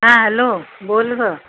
हां हॅलो बोल ग